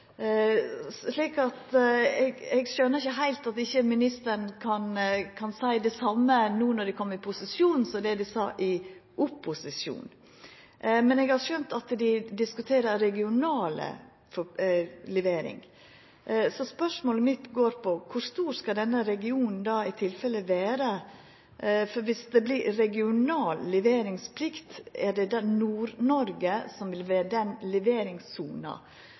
eg skjønar ikkje heilt at ikkje ministeren kan seia det same no når dei har kome i posisjon, som det dei sa i opposisjon. Men eg har skjønt at dei diskuterer regional levering. Spørsmålet mitt er: Kor stor skal denne regionen i tilfellet vera? Dersom det vert regional leveringsplikt, er det Nord-Noreg som vil